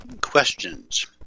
questions